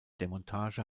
demontage